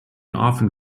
often